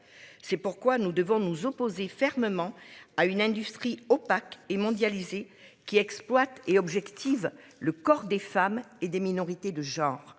c'est pourquoi nous devons nous opposer fermement à une industrie opaque et mondialisée qui exploite et objective, le corps des femmes et des minorités de genre,